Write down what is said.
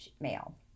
male